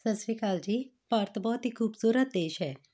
ਸਤਿ ਸ਼੍ਰੀ ਅਕਾਲ ਜੀ ਭਾਰਤ ਬਹੁਤ ਹੀ ਖੂਬਸੂਰਤ ਦੇਸ਼ ਹੈ